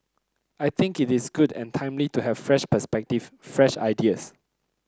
I think it is good and timely to have a fresh perspective fresh ideas